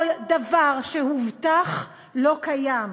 כל דבר שהובטח, לא קיים.